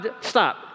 stop